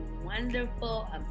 wonderful